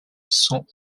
sont